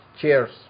Cheers